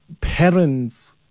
parents